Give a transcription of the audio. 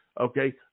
okay